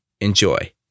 Enjoy